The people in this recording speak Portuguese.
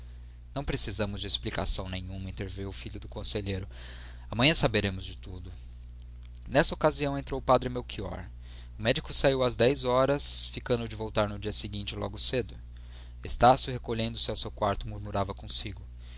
não precisamos de explicação nenhuma interveio o filho do conselheiro amanhã saberemos tudo nessa ocasião entrou o padre melchior o médico saiu às horas ficando de voltar no dia seguinte logo cedo estácio recolhendo-se ao quarto murmurava consigo